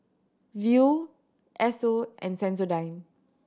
Viu Esso and Sensodyne